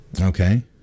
Okay